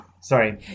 Sorry